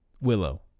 Willow